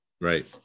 Right